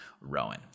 Rowan